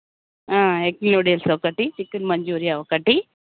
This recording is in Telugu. ఎగ్ నూడిల్స్ ఒకటి చికెన్ మంజూరియా ఒకటి